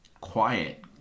Quiet